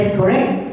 Correct